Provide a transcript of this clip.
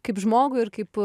kaip žmogų ir kaip